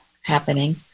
happening